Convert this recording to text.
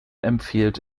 empfiehlt